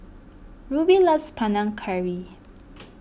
Rubie loves Panang Curry